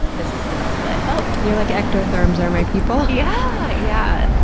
this is the best that i've felt. you were like, ectotherms are my people? yeah! yeah.